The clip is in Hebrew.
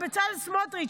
לבצלאל סמוטריץ',